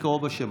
לקרוא בשמות.